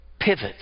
pivots